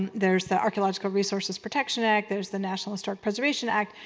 there's the archaeological resources protection act, there's the national historic preservation act.